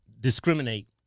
discriminate